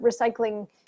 recycling